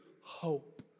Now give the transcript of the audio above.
hope